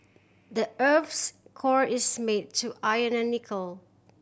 the earth's core is made to iron and nickel